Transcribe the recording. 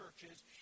churches